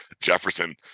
Jefferson